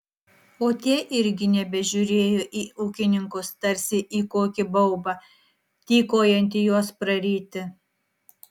o tie irgi nebežiūrėjo į ūkininkus tarsi į kokį baubą tykojantį juos praryti